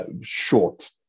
short